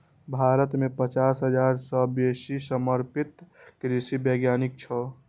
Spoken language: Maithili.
भारत मे पचास हजार सं बेसी समर्पित कृषि वैज्ञानिक छै